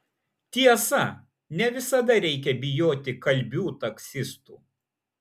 tiesa ne visada reikia bijoti kalbių taksistų